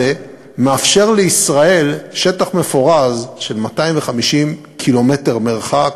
מאפשר לישראל שטח מפורז של 250 ק"מ מרחק,